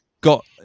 got